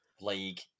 league